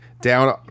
down